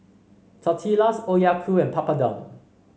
Tortillas Okayu and Papadum